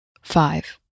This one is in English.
five